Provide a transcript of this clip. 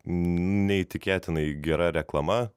neįtikėtinai gera reklama